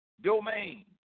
domain